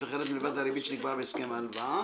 אחרת מלבד הריבית שנקבעה בהסכם ההלוואה.